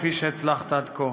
כפי שהצלחת עד כה.